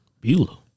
Beulah